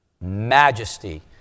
majesty